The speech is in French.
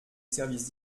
services